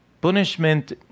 Punishment